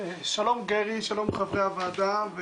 שלום גרי, שלום חברי הוועדה.